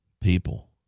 People